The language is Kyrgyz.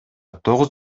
тогуз